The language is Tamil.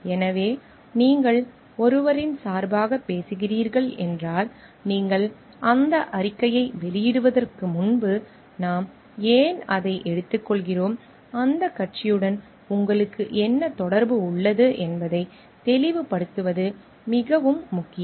எனவே நீங்கள் ஒருவரின் சார்பாக பேசுகிறீர்கள் என்றால் நீங்கள் அந்த அறிக்கையை வெளியிடுவதற்கு முன்பு நாம் ஏன் அதை எடுத்துக்கொள்கிறோம் அந்த கட்சியுடன் உங்களுக்கு என்ன தொடர்பு உள்ளது என்பதை தெளிவுபடுத்துவது மிகவும் முக்கியம்